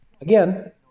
again